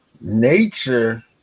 nature